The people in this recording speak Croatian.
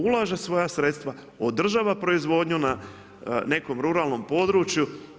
Ulaže svoja sredstva, održava proizvodnju na nekom ruralnom području.